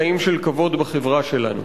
חיים של כבוד בחברה שלנו.